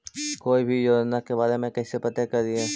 कोई भी योजना के बारे में कैसे पता करिए?